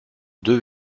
deux